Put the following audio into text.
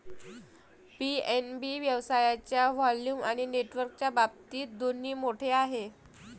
PNB व्यवसायाच्या volume आणि नेटवर्कच्या बाबतीत दोन्ही मोठे आहे